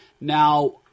Now